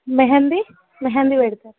మెహందీ మెహందీ పెడతాను